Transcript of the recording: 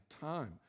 time